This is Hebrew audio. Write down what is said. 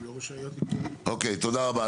תודה רבה.